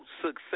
success